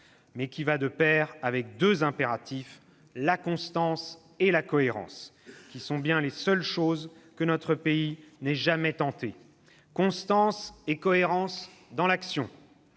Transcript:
mais qui va de pair avec deux impératifs : la constance et la cohérence, qui sont bien les seules choses que notre pays n'ait jamais tentées. « Constance et cohérence dans l'action.